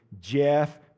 Jeff